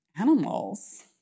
Animals